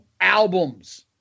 albums